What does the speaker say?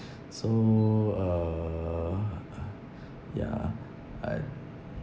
so uh yeah I